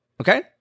okay